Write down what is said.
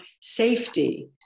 safety